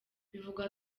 bivugwa